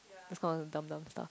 those kind of dumb dumb stuff